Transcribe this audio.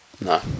No